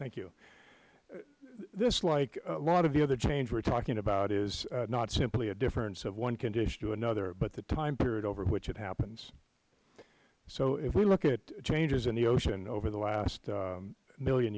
thank you this like a lot of the other change we are talking about is not simply a difference of one condition to another but the time period over which it happens so if we look at changes in the ocean over the last million